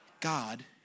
God